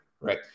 right